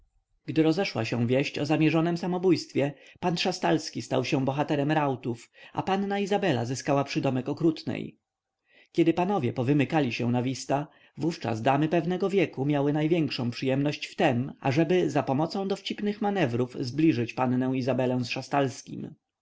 gdy rozeszła się wieść o zamierzonem samobójstwie pan szastalski stał się bohaterem rautów a panna izabela zyskała przydomek okrutnej kiedy panowie powymykali się na wista wówczas damy pewnego wieku miały największą przyjemność w tem ażeby zapomocą dowcipnych manewrów zbliżyć pannę izabelę z szastalskim